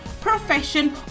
profession